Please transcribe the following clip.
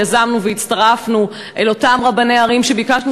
יזמנו והצטרפנו אל אותם רבני ערים שביקשנו